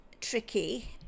tricky